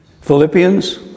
Philippians